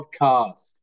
podcast